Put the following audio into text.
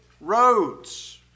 roads